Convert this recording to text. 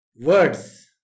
words